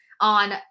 on